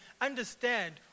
understand